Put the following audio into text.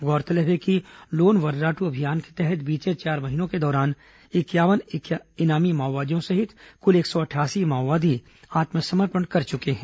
गौरतलब है कि लोन वर्राटू अभियान के तहत बीते चार महीनों के दौरान इंक्यावन इनामी माओवादियों सहित कुल एक सौ अठासी माओवादी आत्मसमर्पण कर चुके हैं